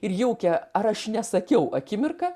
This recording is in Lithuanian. ir jaukią ar aš nesakiau akimirką